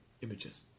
images